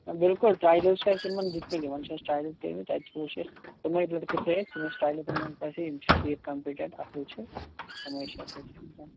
بِلکُل ٹرٛایلٕز چھِ اَسہِ یِمَن دِتۍمٕتۍ یِمَن چھِ اَسہِ ٹرٛایلٕز کٔرۍمٕتۍ تَتہِ وُچھ اَسہِ تِمےَ لٔڑکہٕ تھٔوۍ اَسہِ یِم اَسہِ ٹرٛایلٕزَن مَنٛز باسے یِم چھِ ٹھیٖک کَمپِٹَنٛٹ اصٕل چھِ تِمےَ چھِ اَسہِ